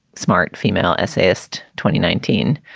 smart female essayist. twenty nineteen